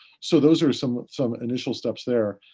so those are some some initial steps there.